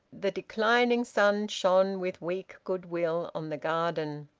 the declining sun shone with weak goodwill on the garden.